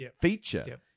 feature